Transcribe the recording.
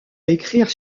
écrire